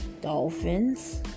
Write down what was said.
dolphins